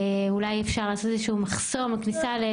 אולי אפשר לעשות איזשהו מחסום בחניה,